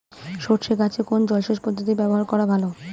সরষে গাছে কোন জলসেচ পদ্ধতি ব্যবহার করা ভালো?